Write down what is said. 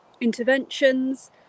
interventions